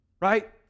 Right